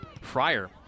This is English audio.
Fryer